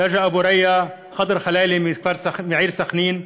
רג'א אבו ריא וח'דר ח'לאילה מהעיר סח'נין,